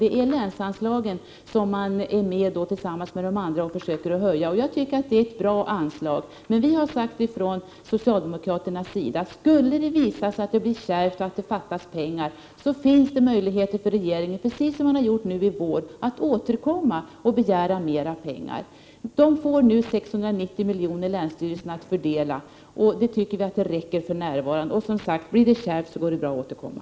Det är enbart länsanslaget som de, tillsammans med de andra borgerliga partierna, försöker att höja. Jag tycker att det är ett bra anslag. Men vi har från socialdemokraternas sida sagt att skulle det visa sig bli kärvt och fattas pengar, finns det möjligheter för regeringen, precis som man har gjort nu i vår, att återkomma och begära mer pengar. Länsstyrelserna får nu 690 milj.kr. att fördela. Det tycker vi räcker för närvarande. Blir det kärvt går det bra att återkomma.